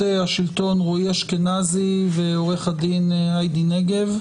השלטון רועי אשכנזי ועורך הדין הידי נגב.